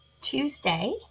Tuesday